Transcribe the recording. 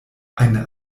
eine